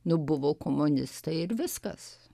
nu buvo komunistai ir viskas